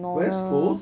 west coast